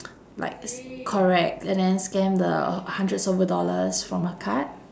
like s~ correct and then scam the hundreds over dollars from her card